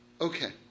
Okay